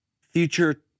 future